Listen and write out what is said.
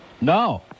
No